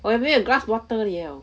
我里面有 glass bottle liao